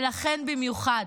ולכן במיוחד,